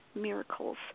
miracles